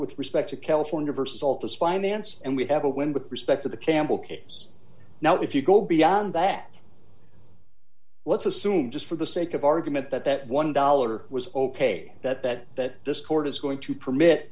with respect to california vs all to spy nance and we have a win with respect to the campbell case now if you go beyond that let's assume just for the sake of argument that that one dollar was ok that that that this court is going to permit